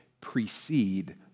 precede